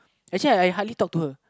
actually I hardly talk to her